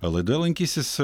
laidoje lankysis